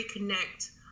reconnect